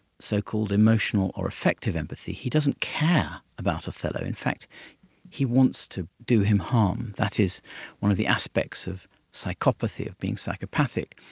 so-called emotional or effective empathy. he doesn't care about othello, in fact he wants to do him harm. that is one of the aspects of psychopathy, of being psychopathic.